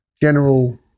general